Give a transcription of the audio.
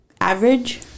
Average